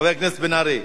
חבר הכנסת בן-ארי.